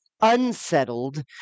unsettled